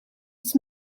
iets